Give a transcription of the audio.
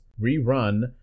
Rerun